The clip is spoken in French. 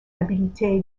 habileté